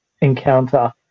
encounter